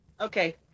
okay